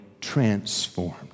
transformed